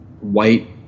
white